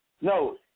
No